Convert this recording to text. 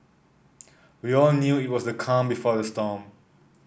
we all knew it was the calm before the storm